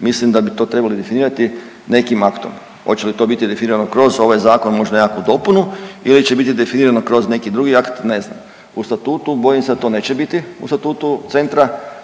Mislim da bi to trebali definirati nekim aktom. Hoće li to biti definirano kroz ovaj zakon možda nekakvu dopunu ili će biti definirano kroz neki drugi akt ne znam. U statutu bojim se da to neće biti u Statutu centra.